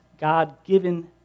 God-given